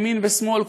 ימין ושמאל,